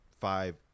five